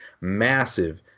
massive